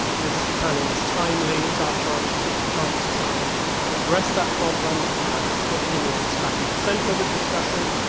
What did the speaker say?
ah this panel is timely, it's our chance to chance to try and address that problem and put human rights back in the center of the discussion.